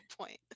point